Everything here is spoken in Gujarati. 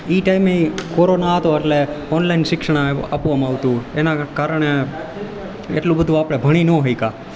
ઈ ટાઈમે કોરોના હતો એટલે ઓનલાઈન શિક્ષણ આપવામાં આવતું એના કારણે એટલું બધું આપણે ભણી ન શક્યા